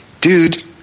dude